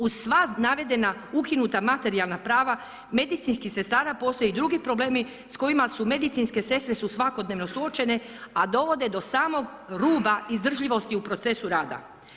Uz sva navedena ukinuta materijalna prava medicinskih sestara, postoje drugi problemi s kojima su medicinske sestre svakodnevno suočene a dovode do samog ruba izdržljivosti u procesu rada.